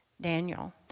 Daniel